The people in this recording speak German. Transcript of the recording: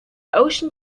ocean